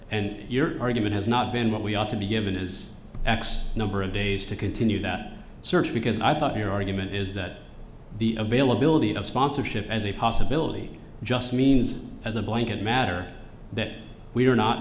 and your argument has not been what we ought to be given is x number of days to continue that search because i thought your argument is that the availability of sponsorship as a possibility just means as a blanket matter that we are not